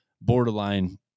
borderline